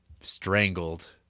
strangled